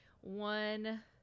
one